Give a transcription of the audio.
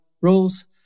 rules